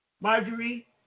Marjorie